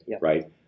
right